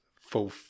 full